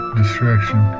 distraction